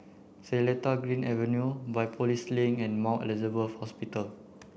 Seletar Green Avenue Biopolis Link and Mount Elizabeth Hospital